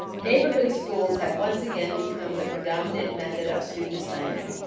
neighborhood schools have once again become the predominant method of student assignment.